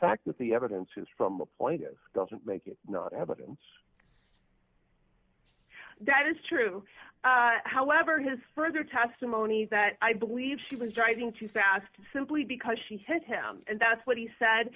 fact that the evidence is from the point it doesn't make it evidence that is true however his further testimony that i believe she was driving too fast simply because she hit him and that's what he said